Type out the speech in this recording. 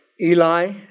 Eli